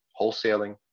wholesaling